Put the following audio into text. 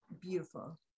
beautiful